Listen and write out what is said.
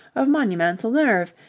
of monumental nerve,